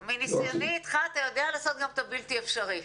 מניסיוני איתך אתה יודע לעשות גם את הבלתי אפשרי.